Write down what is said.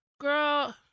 Girl